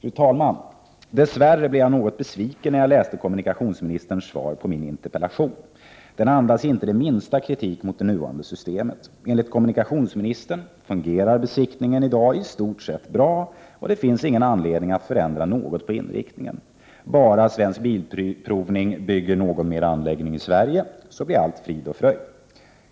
Fru talman! Dess värre blev jag något besviken över kommunikationsministerns svar på min interpellation. Det andas inte det minsta kritik mot det nuvarande systemet. Enligt kommunikationsministern fungerar besiktningen i dagi stort sett bra, och det finns inte någon anledning att förändra något när det gäller den inriktningen. Om bara Svensk Bilprovning bygger någon ytterligare anläggning i Sverige blir allt frid och fröjd.